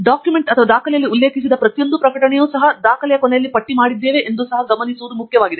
ಡಾಕ್ಯುಮೆಂಟಿನಲ್ಲಿ ಉಲ್ಲೇಖಿಸಿದ ಪ್ರತಿಯೊಂದು ಪ್ರಕಟಣೆಯೂ ಸಹ ದಾಖಲೆಯ ಕೊನೆಯಲ್ಲಿ ಪಟ್ಟಿಮಾಡಿದೆ ಎಂದು ಸಹ ಗಮನಿಸುವುದು ಮುಖ್ಯವಾಗಿದೆ